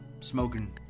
Smoking